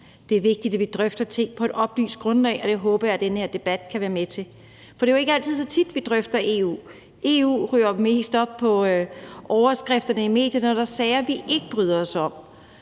Det er vigtigt, vi kan drøfte ting på et oplyst grundlag, og det håber jeg at den her debat kan være med til. For det er ikke så tit, vi drøfter EU. EU ryger mest op på overskrifterne i medierne, når der er sager, vi ikke bryder os om.